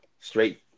straight